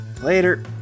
Later